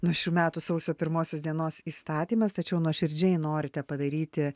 nuo šių metų sausio pirmosios dienos įstatymas tačiau nuoširdžiai norite padaryti